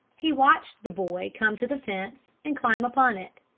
he watched the boy come to the fence, and climb upon it.